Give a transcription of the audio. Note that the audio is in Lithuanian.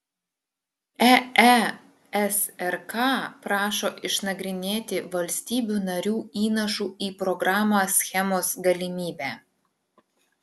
eesrk prašo išnagrinėti valstybių narių įnašų į programą schemos galimybę